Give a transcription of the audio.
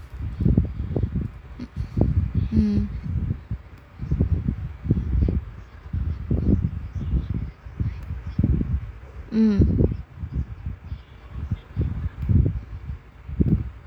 mm mm